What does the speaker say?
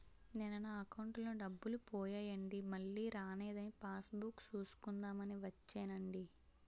నిన్న నా అకౌంటులో డబ్బులు పోయాయండి మల్లీ రానేదని పాస్ బుక్ సూసుకుందాం అని వచ్చేనండి